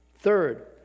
Third